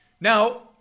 Now